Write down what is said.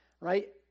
right